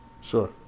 Sure